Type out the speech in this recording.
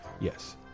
Yes